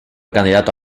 candidato